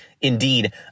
Indeed